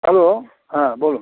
hello হ্যাঁ বলুন